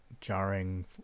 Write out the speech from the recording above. jarring